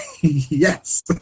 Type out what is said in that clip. Yes